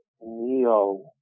Neo